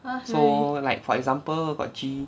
so like for example got G